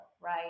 right